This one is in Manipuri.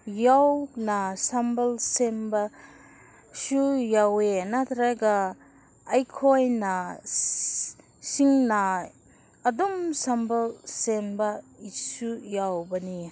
ꯌꯥꯎꯅ ꯁꯝꯕꯜ ꯁꯦꯝꯕꯁꯨ ꯌꯥꯎꯋꯦ ꯅꯠꯇ꯭ꯔꯒ ꯑꯩꯈꯣꯏꯅ ꯁꯤꯡꯅ ꯑꯗꯨꯝ ꯁꯝꯕꯜ ꯁꯦꯝꯕꯁꯨ ꯌꯥꯎꯕꯅꯤ